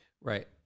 Right